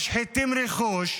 משחיתים רכוש.